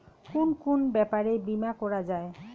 কুন কুন ব্যাপারে বীমা করা যায়?